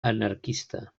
anarquista